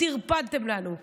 טרפדתם לנו,